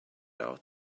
out